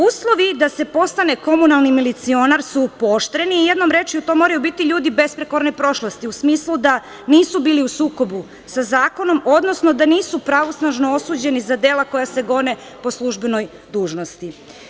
Uslovi da se postane komunalni milicionar su pooštreni, jednom rečju to moraju biti ljudi besprekorne prošlosti, u smislu da nisu bili u sukobu sa zakonom, odnosno da nisu pravosnažno osuđeni za dela koja se gone po službenoj dužnosti.